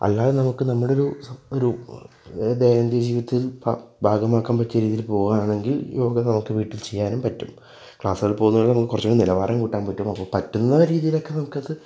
അല്ലാതെ നമുക്ക് നമ്മുടെ ഒരു ദൈനംദിന ജീവിതത്തിൽ ഭാഗമാക്കാൻ പറ്റിയ രീതിയിൽ പോകുകയാണെങ്കിൽ യോഗ നമുക്ക് വീട്ടിൽ ചെയ്യാനും പറ്റും ക്ലാസ്സുകളിൽ പോകുമ്പോൾ കുറച്ച് കൂടി നിലവാരം കൂട്ടാൻ പറ്റും അപ്പോൾ പറ്റുന്ന രീതിയിലൊക്കെ നമുക്കത്